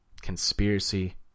conspiracy